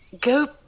Go